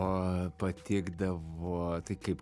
o patikdavo tai kaip